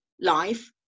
life